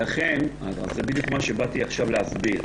זה בדיוק מה שרציתי עכשיו להסביר.